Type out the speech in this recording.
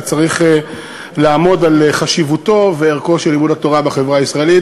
וצריך לעמוד על חשיבותו וערכו של לימוד התורה בחברה הישראלית.